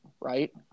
right